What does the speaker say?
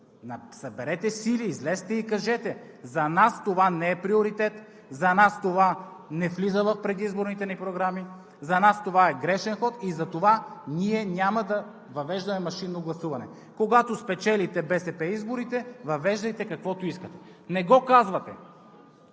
Съберете сили, излезте и кажете: „За нас това не е приоритет. За нас това не влиза в предизборните ни програми. За нас това е грешен ход и затова ние няма да въвеждаме машинно гласуване. Когато от БСП спечелите изборите, въвеждайте каквото искате.“ Не го казвате,